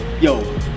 yo